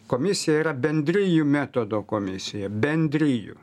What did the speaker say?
komisija yra bendrijų metodo komisija bendrijų